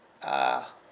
uh